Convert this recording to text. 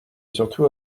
surtout